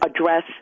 address